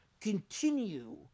continue